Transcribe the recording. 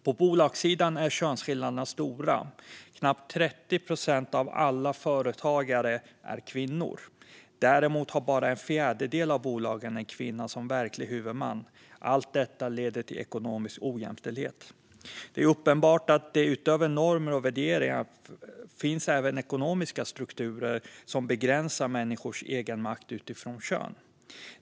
På bolagssidan är könsskillnaderna stora. Knappt 30 procent av alla företagare är kvinnor. Däremot har bara en fjärdedel av bolagen en kvinna som verklig huvudman. Allt detta leder till ekonomisk ojämställdhet. Det är uppenbart att det utöver normer och värderingar även finns ekonomiska strukturer som begränsar människors egenmakt utifrån kön.